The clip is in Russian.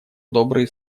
добрые